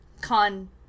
con